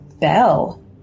bell